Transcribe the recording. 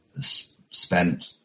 spent